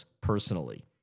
personally